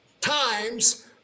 times